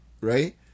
right